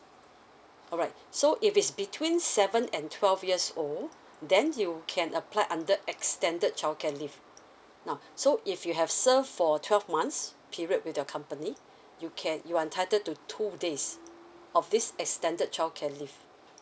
alright so if it's between seven and twelve years old then you can apply under extended childcare leave now so if you have serve for twelve months period with your company you can you're entitled to two days of this extended childcare leave